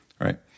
right